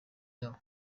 yabo